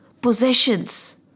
possessions